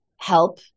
help